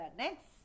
next